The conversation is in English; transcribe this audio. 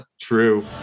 True